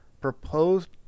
proposed